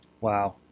Wow